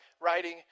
writing